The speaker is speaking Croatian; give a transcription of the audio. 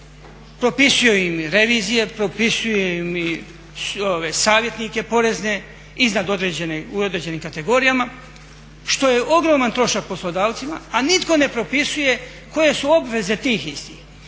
Propisujemo im revizije, propisujemo im savjetnike porezne u određenim kategorijama što je ogroman trošak poslodavcima a nitko ne propisuje koje su obveze tih istih.